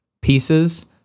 pieces